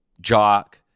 jock